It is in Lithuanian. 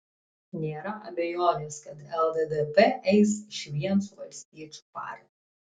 nėra abejonės kad lddp eis išvien su valstiečių partija